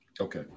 Okay